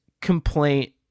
complaint